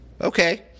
Okay